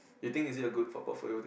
you think is it a good for portfolio thing